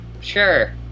sure